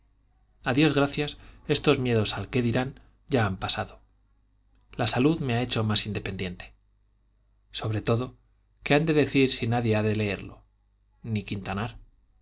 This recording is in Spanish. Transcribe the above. dios gracias estos miedos al qué dirán ya han pasado la salud me ha hecho más independiente sobre todo qué han de decir si nadie ha de leerlo ni quintanar